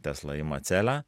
tesla ima celę